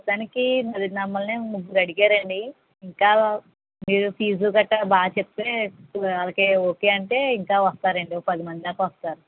మొత్తానికి మమ్మల్నే ముగ్గురు అడిగారండి ఇంకా మీరు ఫీజు గట్ట బాగా చెప్తే ఆ వాళ్ళకి ఒకే అంటే ఇంకా వస్తారండి పది మంది దాక వస్తారు